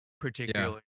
particularly